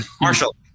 Marshall